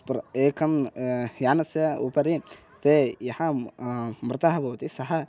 प्र एकं यानस्य उपरि ते यः मृतः भवति सः